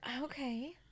okay